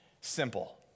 simple